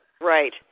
Right